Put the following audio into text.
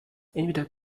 entweder